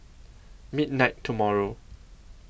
midnight tomorrow